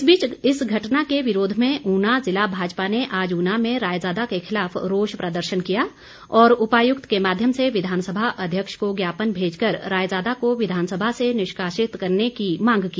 इस बीच इस घटना के विरोध में ऊना जिला भाजपा ने आज ऊना में रायजादा के खिलाफ रोष प्रदर्शन किया और उपायुक्त के माध्यम से विधानसभा अध्यक्ष को ज्ञापन भेज कर रायजादा को विधानसभा से निष्कासित करने की मांग की